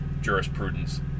jurisprudence